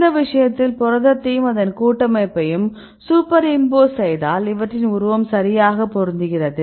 இந்த விஷயத்தில் புரதத்தையும் அதன் கூட்டமைப்பையும் சூப்பர் இம்போஸ் செய்தால் அவற்றின் உருவம் சரியாக பொருந்துகிறது